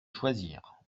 choisir